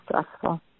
stressful